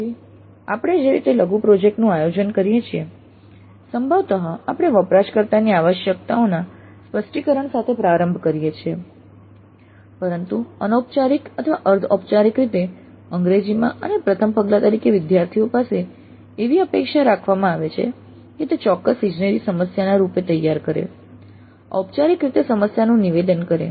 તેથી આપણે જે રીતે લઘુ પ્રોજેક્ટ નું આયોજન કરીએ છીએ સંભવતઃ આપણે વપરાશકર્તાની આવશ્યકતાઓના સ્પષ્ટીકરણ સાથે પ્રારંભ કરીએ છીએ પરંતુ અનૌપચારિક અથવા અર્ધ ઔપચારિક રીતે અંગ્રેજીમાં અને પ્રથમ પગલા તરીકે વિદ્યાર્થીઓ પાસે એવી અપેક્ષા રાખવામાં આવે છે કે તે ચોક્કસ ઇજનેરી સમસ્યાના રૂપે તૈયાર કરે ઔપચારિક રીતે સમસ્યાનું નિવેદન કરે